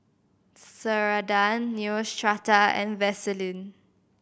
Ceradan Neostrata and Vaselin